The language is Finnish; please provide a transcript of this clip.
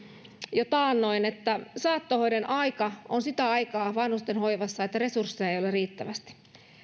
jo taannoin että saattohoidon aika on sitä aikaa vanhustenhoivassa että resursseja ei ole riittävästi